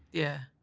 yeah.